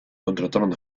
contrataron